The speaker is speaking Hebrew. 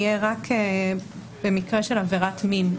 יהיה רק במקרה של עבירת מין.